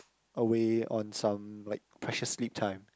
away on some like precious sleep time